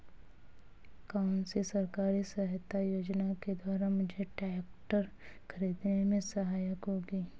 कौनसी सरकारी सहायता योजना के द्वारा मुझे ट्रैक्टर खरीदने में सहायक होगी?